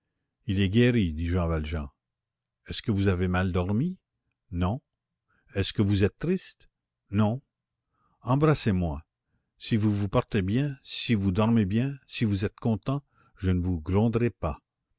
il est guéri dit jean valjean est-ce que vous avez mal dormi non est-ce que vous êtes triste non embrassez-moi si vous vous portez bien si vous dormez bien si vous êtes content je ne vous gronderai pas